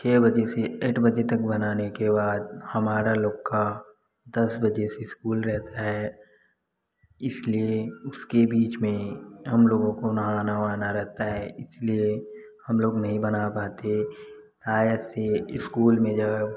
छः बजे से एट बजे तक बनाने के बाद हमारा लोग का दस बजे से इस्कूल रहता है इसलिए उसके बीच में हम लोगों को नहाना उहाना रहता है इसलिए हम लोग नहीं बना पाते आइ एस सी इस्कूल में जब